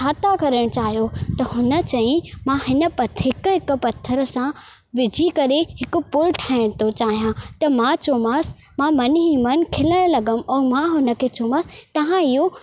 छा था करणु चाहियो त हुन चईं मां इन पथ हिकु हिकु पथर सां विझी करे पुल हिकु पुलु ठाहिणु थो चाहियां त मां चयोमांसि मां मन ई मन खिलण लॻमि ऐं मां हुन खे चयो मां तव्हां इहो